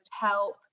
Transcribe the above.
help